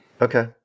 Okay